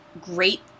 great